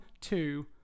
two